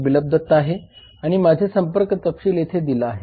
बिप्लब दत्ता आहे आणि माझे संपर्क तपशील येथे दिले आहे